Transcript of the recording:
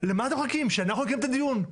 למה אתם מחכים, שאנחנו נקיים את הדיון?